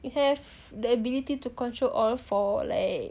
you have the ability to control all four like